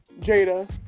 Jada